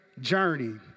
journey